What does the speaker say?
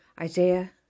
Isaiah